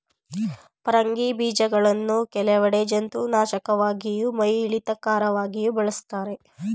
ಪರಂಗಿ ಬೀಜಗಳನ್ನು ಕೆಲವೆಡೆ ಜಂತುನಾಶಕವಾಗಿಯೂ ಮೈಯಿಳಿತಕಾರಕವಾಗಿಯೂ ಬಳಸ್ತಾರೆ